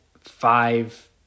five